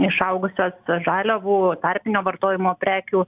išaugusios žaliavų tarpinio vartojimo prekių